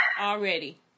already